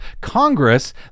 Congress